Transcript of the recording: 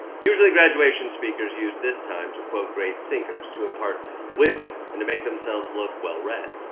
usually, graduation speakers use this time to quote great thinkers to impart wisdom and to make themselves look well-read.